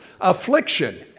affliction